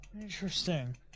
Interesting